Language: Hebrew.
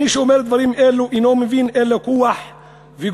מי שאומר דברים אלו אינו מבין אלא כוח וגזענות,